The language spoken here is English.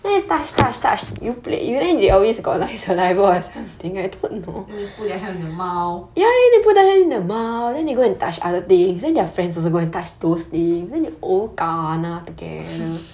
then they put their hand in their mouth